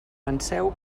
penseu